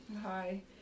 hi